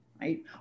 right